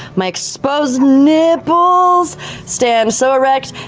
my exposed nipples stand so erect.